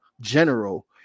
general